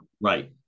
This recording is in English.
right